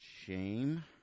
Shame